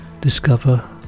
Discover